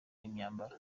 n’imyambaro